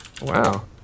Wow